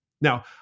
Now